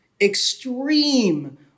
extreme